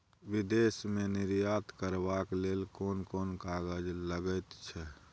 विदेश मे निर्यात करबाक लेल कोन कोन कागज लगैत छै